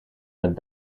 het